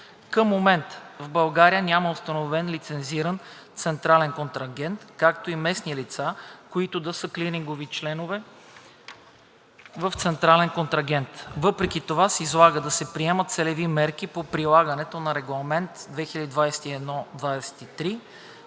Към момента в България няма установен лицензиран централен контрагент, както и местни лица, които да са клирингови членове в централен контрагент. Въпреки това се налага да се приемат целеви мерки по прилагането на Регламент (ЕС) 2021/23